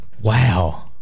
wow